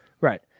Right